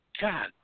God